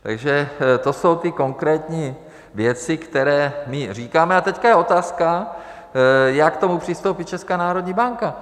Takže to jsou ty konkrétní věci, které my říkáme, a teď je otázka, jak k tomu přistoupí Česká národní banka.